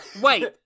Wait